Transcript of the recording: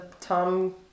Tom